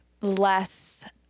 less